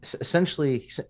essentially